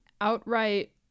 outright